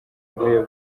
yavuye